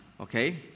Okay